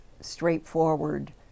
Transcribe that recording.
straightforward